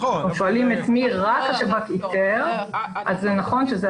כששואלים את מי רק השב"כ איתר אז נכון שזה